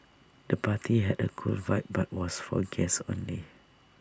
the party had A cool vibe but was for guests only